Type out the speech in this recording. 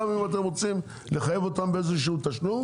גם אם אתם רוצים לחייב אותן באיזה שהוא תשלום